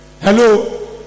Hello